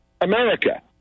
America